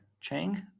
Chang